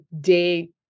day